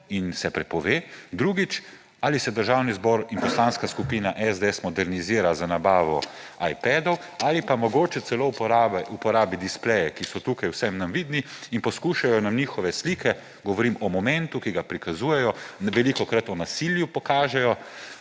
in se prepove, drugič, ali se Državni zbor in Poslanska skupina SDS modernizira z nabavo ipadov ali pa mogoče celo uporabi displeje, ki so tukaj vsem nam vidni, in poskušajo nam njihove slike − govorim o momentu, ki ga prikazujejo, velikokrat nasilje pokažejo